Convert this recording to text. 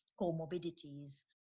comorbidities